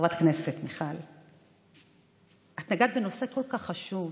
חברת הכנסת מיכל, את נגעת בנושא כל כך חשוב,